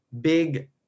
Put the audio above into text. big